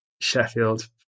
Sheffield